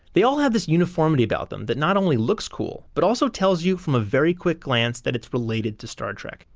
they all have this uniformity about them that not only looks cool but also tells you from a very quick glance that it's related to star trek.